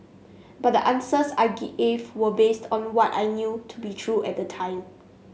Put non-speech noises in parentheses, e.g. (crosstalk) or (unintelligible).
but the answers I (unintelligible) were based on what I knew to be true at the time